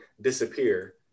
disappear